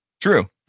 True